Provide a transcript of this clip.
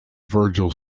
virgil